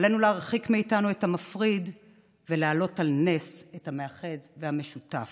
עלינו להרחיק מאיתנו את המפריד ולהעלות על נס את המאחד והמשותף.